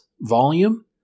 volume